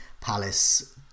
palace